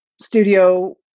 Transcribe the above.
studio